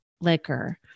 liquor